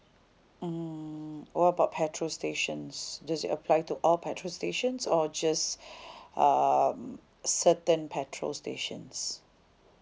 mm what about petrol stations does it apply to all petrol stations or just um certain petrol stations